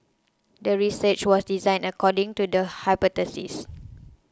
the research was designed according to the hypothesis